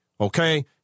Okay